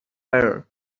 error